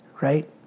Right